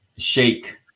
shake